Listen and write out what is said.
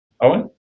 Owen